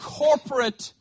corporate